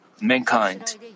mankind